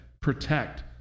protect